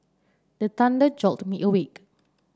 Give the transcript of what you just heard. the thunder jolt me awake